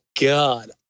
god